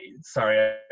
sorry